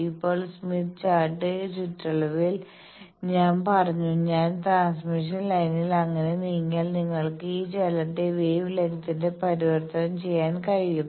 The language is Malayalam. ഇപ്പോൾ സ്മിത്ത് ചാർട്ട് ചുറ്റളവിൽ ഞാൻ പറഞ്ഞു ഞാൻ ട്രാൻസ്മിഷൻ ലൈനിൽ അങ്ങനെ നീങ്ങിയാൽ നിങ്ങൾക്ക് ഈ ചലനത്തെ വേവ് ലെങ്ത്തിലേക്ക് പരിവർത്തനം ചെയ്യാൻ കഴിയും